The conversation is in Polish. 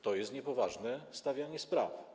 To jest niepoważne stawianie sprawy.